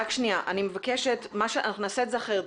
רק שנייה, אנחנו נעשה את זה אחרת.